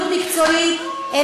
מקצועית,